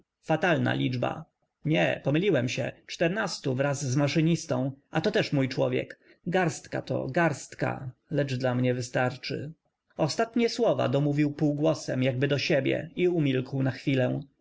atalna liczba nie pomyliłem się czternastu wraz z m aszynistą a to też mój człowiek g arstka to garstka lecz dla mnie w ystarczy o statnie słow a dom ów ił półgłosem jakby do siebie i umilkł na chwilę